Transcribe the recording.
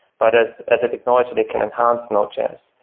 but as as a technology that can enhance node js.